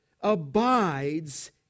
abides